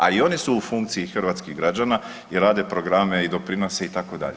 A i oni su u funkciji hrvatskih građana i rade programe i doprinose itd.